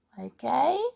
Okay